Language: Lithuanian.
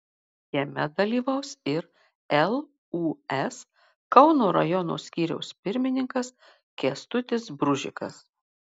jame dalyvaus ir lūs kauno rajono skyriaus pirmininkas kęstutis bružikas